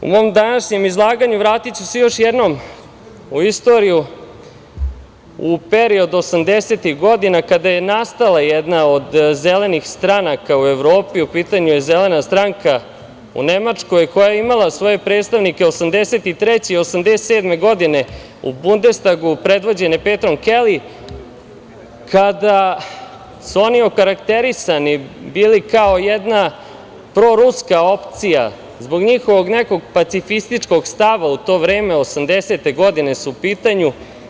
U mom današnjem izlaganju vratiću se još jednom u istoriju u period 80-ih godina, kada je nastala jedna od zelenih stranaka u Evropi, u pitanju je Zelena stranka u Nemačkoj, koja je imala svoje predstavnike od 1983. i 1987. godine, u Bundestagu, predvođene Petrom Keli, kada su oni okarakterisani bili, kao jedna proruska opcija zbog njihovog nekog pacifističkog stava u to vreme, 80-te godine su u pitanju.